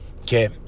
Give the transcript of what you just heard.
okay